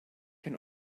can